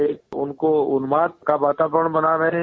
एक उनको उन्माद का वातावरण बना रहे हैं